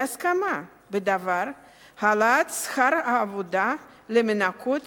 להסכמה בדבר העלאת שכר העבודה למנקות